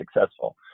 successful